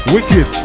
Wicked